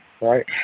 right